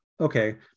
okay